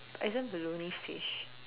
isn't baloney fish